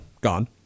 gone